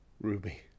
Ruby